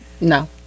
No